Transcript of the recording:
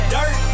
Dirt